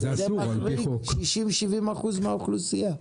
זה מחריג 60%-70% מהאוכלוסייה,